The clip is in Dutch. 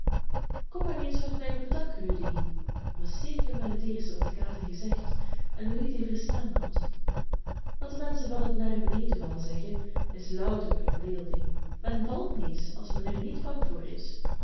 kom maar eens met mij op het dak rudy was zeker wet hel eerste wat de kater gezegd en rudy verstaan had wat de menschen van het naar beneden vallen zeggen is louter verbeelding men valt niet als men er niet bang voor is